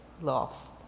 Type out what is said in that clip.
love